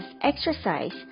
exercise